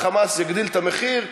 וה"חמאס" יגדיל את המחיר.